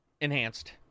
enhanced